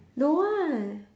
don't want